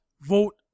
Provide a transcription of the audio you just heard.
vote